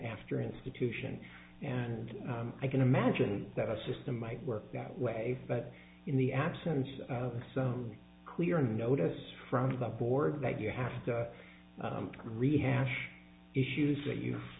after institution and i can imagine that a system might work that way but in the absence of some clear notice from the board that you have to rehash issues that you